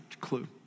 clue